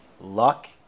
Luck